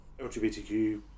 LGBTQ